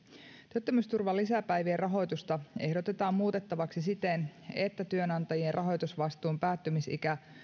työttömyysturvan lisäpäivien rahoitusta ehdotetaan muutettavaksi siten että työnantajien rahoitusvastuun päättymisikä